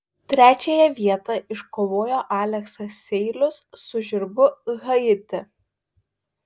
trečiąją vietą iškovojo aleksas seilius su žirgu haiti